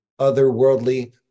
otherworldly